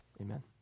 Amen